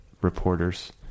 reporters